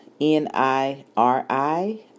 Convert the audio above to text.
N-I-R-I